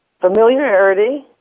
Familiarity